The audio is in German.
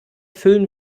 füllen